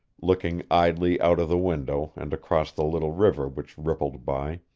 looking idly out of the window and across the little river which rippled by,